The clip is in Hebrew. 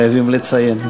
חייבים לציין.